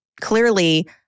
clearly